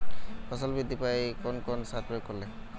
ফসল বৃদ্ধি পায় কোন কোন সার প্রয়োগ করলে?